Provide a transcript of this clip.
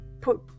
put